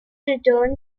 return